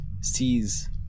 sees